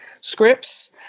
scripts